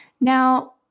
Now